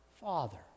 father